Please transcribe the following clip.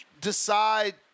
decide